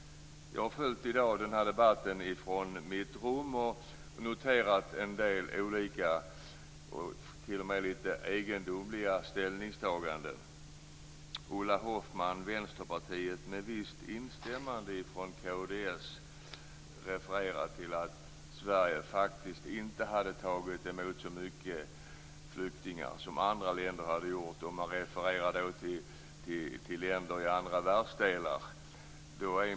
Jag har i dag följt debatten från mitt rum och noterat en del olika, t.o.m. litet egendomliga, ställningstaganden. Ulla Hoffmann, Vänsterpartiet, med visst instämmande från kd, refererar till att Sverige faktiskt inte har tagit emot så många flyktingar som andra länder har gjort. Hon refererar då till länder i andra världsdelar.